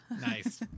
Nice